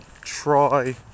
try